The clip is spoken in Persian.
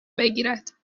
بگیرد